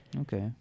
Okay